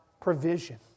provision